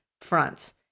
fronts